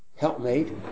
helpmate